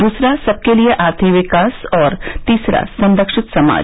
दूसरा सबके लिए आर्थिक विकास और तीसरा संरक्षित समाज